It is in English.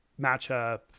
matchup